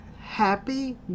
happy